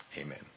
Amen